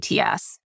ATS